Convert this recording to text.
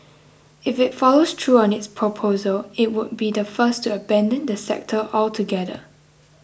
if it follows through on its proposal it would be the first to abandon the sector altogether